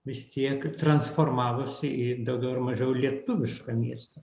vis tiek transformavosi į daugiau ar mažiau lietuvišką miestą